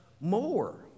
more